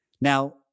Now